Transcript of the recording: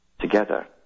together